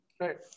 right